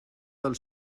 del